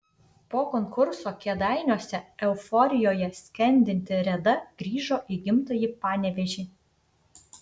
po konkurso kėdainiuose euforijoje skendinti reda grįžo į gimtąjį panevėžį